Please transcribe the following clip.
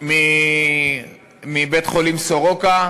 מבית-החולים סורוקה,